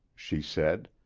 she said.